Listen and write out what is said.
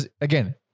again